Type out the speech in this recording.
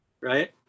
right